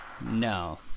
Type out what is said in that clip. No